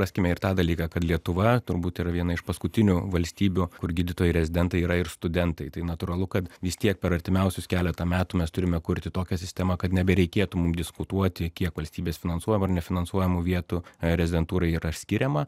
raskime ir tą dalyką kad lietuva turbūt yra viena iš paskutinių valstybių kur gydytojai rezidentai yra ir studentai tai natūralu kad vis tiek per artimiausius keletą metų mes turime kurti tokią sistemą kad nebereikėtų mum diskutuoti kiek valstybės finansuojamų ar nefinansuojamų vietų rezidentūrai yra skiriama